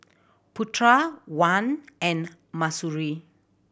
Putra Wan and Mahsuri